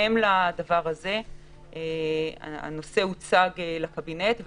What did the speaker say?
הנושא הוצג לקבינט,